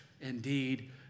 indeed